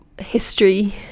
history